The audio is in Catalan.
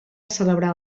celebrar